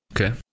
Okay